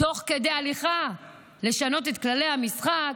תוך כדי הליכה לשנות את כללי המשחק,